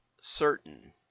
certain